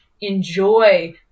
enjoy